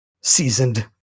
seasoned